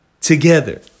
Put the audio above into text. together